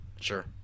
sure